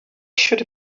should